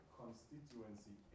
constituency